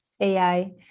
AI